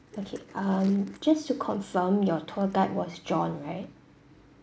okay um just to confirm your tour guide was john right